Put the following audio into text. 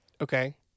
Okay